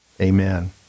Amen